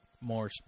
more